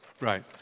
Right